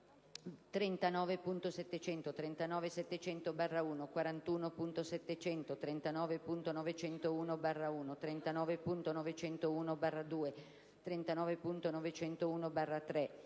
39.700, 39.700/1, 41.700, 39.901/1, 39.901/2, 39.901/3,